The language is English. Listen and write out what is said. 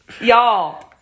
Y'all